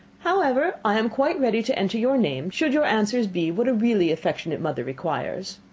however, i am quite ready to enter your name, should your answers be what a really affectionate mother requires.